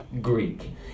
Greek